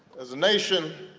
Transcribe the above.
as a nation,